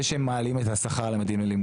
שהם מעלים את השכר ל-ממדים ללימודים.